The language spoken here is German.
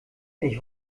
ich